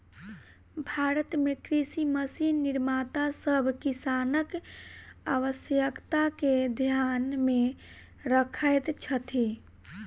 भारत मे कृषि मशीन निर्माता सभ किसानक आवश्यकता के ध्यान मे रखैत छथि